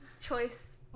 choice